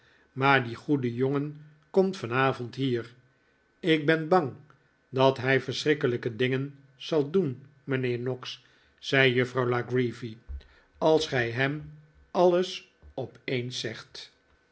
maar die goede jongen komt vanavond hier ik ben bang dat hij verschrikkelijke dingen zal doen mijnheer noggs zei juffrouw la creevy als gij hem alles opeens zegt